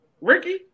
Ricky